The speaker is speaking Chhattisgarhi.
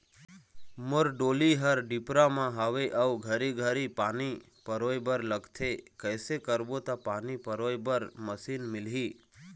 मोर डोली हर डिपरा म हावे अऊ घरी घरी पानी पलोए बर लगथे कैसे करबो त पानी पलोए बर मशीन मिलही?